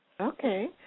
Okay